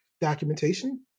documentation